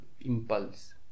impulse